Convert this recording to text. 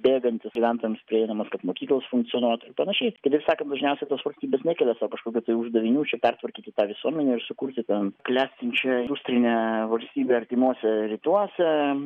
bėgantis gyventojams prieinamas kad mokyklos funkcionuotų ir panašiai kitaip sakant dažniausiai tos valstybės nekelia sau kažkokių tai uždavinių čia pertvarkyti tą visuomenę ir sukurti ten klestinčią industrinę valstybę artimuose rytuose